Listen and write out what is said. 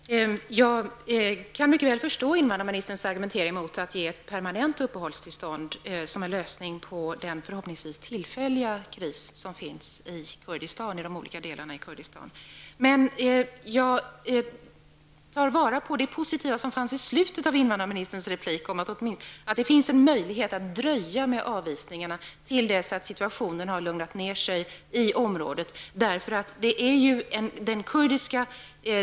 Herr talman! Jag kan mycket väl förstå invandrarministerns argument mot att ge permanent uppehållstillstånd som en lösning på den förhoppningsvis tillfälliga krisen i de olika delarna av Kurdistan. Jag vill ta vara på det positiva i slutet av invandrarministerns inlägg om att det finns en möjlighet att dröja med avvisningarna till dess att situationen i området har lugnat ner sig.